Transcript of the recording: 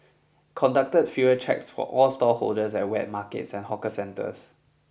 conducted fever checks for all stallholders at wet markets and hawker centres